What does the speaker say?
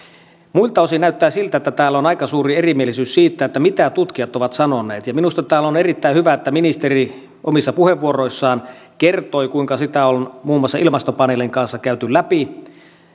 muilta osin näyttää siltä että täällä on aika suuri erimielisyys siitä mitä tutkijat ovat sanoneet minusta on on erittäin hyvä että ministeri omissa puheenvuoroissaan kertoi kuinka sitä on muun muassa ilmastopaneelin kanssa käyty läpi